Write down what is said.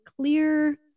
clear